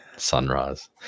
Sunrise